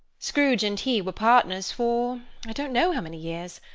scrooge and he were partners for i don't know how many years.